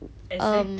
err